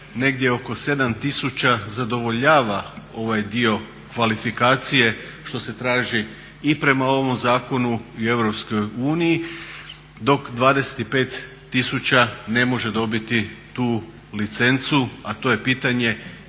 negdje oko 7 tisuća zadovoljava ovaj dio kvalifikacije što se traži i prema ovom zakonu i Europskoj uniji dok 25 tisuća ne može dobiti tu licencu a to je pitanje